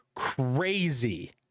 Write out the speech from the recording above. crazy